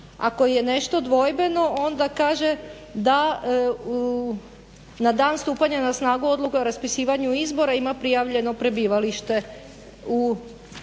ako je nešto dvojbeno onda kaže da na dan stupanja na snagu odluke o raspisivanju izbora ima prijavljeno prebivalište u toj